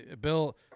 Bill